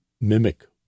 mimic